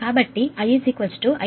కాబట్టి I 551